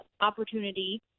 opportunity